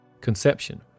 Conception